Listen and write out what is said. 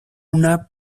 una